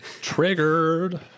Triggered